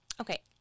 okay